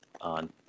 on